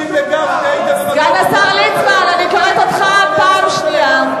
סגן השר ליצמן, אני קוראת אותך פעם שנייה.